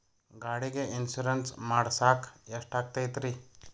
ಗಾಡಿಗೆ ಇನ್ಶೂರೆನ್ಸ್ ಮಾಡಸಾಕ ಎಷ್ಟಾಗತೈತ್ರಿ?